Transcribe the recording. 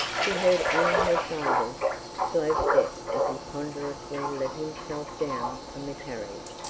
she heard only her father's slow step, as he ponderously let himself down from the carriage,